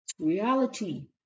reality